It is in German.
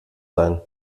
sein